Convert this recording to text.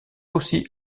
aussi